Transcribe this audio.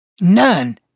none